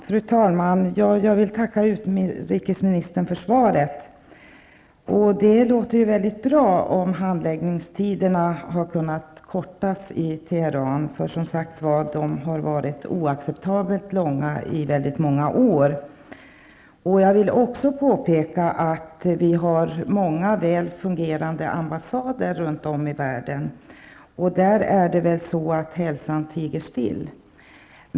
Fru talman! Jag vill tacka utrikesministern för svaret. Det låter bra om handläggningstiderna har kunnat kortas ner i Teheran. De har varit oacceptabelt långa i många år. Jag vill också påpeka att det finns många väl fungerande ambassader runt om i världen. Hälsan tiger still.